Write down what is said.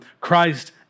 Christ